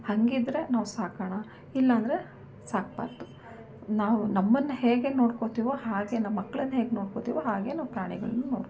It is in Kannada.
ಹಾಗಿದ್ರೆ ನಾವು ಸಾಕೋಣ ಇಲ್ಲ ಅಂದರೆ ಸಾಕಬಾರ್ದು ನಾವು ನಮ್ಮನ್ನು ಹೇಗೆ ನೋಡ್ಕೊತೀವೋ ಹಾಗೆ ನಮ್ಮ ಮಕ್ಳನ್ನು ಹೇಗೆ ನೋಡ್ಕೊತೀವೋ ಹಾಗೆ ನಾವು ಪ್ರಾಣಿಗಳನ್ನು ನೋಡ್ಕೊಬೇಕು